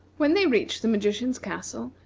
when they reached the magician's castle,